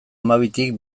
hamabitik